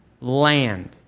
land